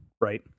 right